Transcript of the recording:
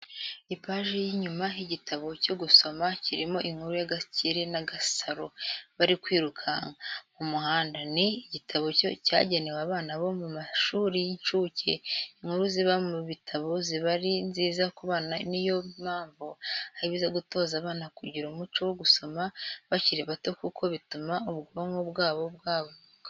Ipaji y'inyuma y'igitabo cyo gusoma kirimo inkuru ya Gakire na Gasaro bari kwirukanya mu muhanda, ni igitabo cyagenewe abana bo mu mashuri y'inshuke inkuru ziba mu bitabo ziba ari nziza ku bana niyo mpamvu ari byiza gutoza abana kugira umuco wo gusoma bakiri bato kuko bituma ubwonko bwabo bwaguka